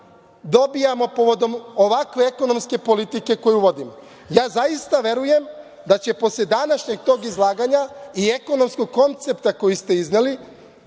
dobijamo povodom ovakve ekonomske politike koju vodimo. Ja zaista verujem da će posle današnjeg tog izlaganja i ekonomskog koncepta koji ste izneli,